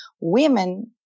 women